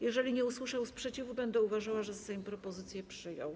Jeżeli nie usłyszę sprzeciwu, będę uważała, że Sejm propozycje przyjął.